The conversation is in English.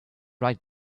write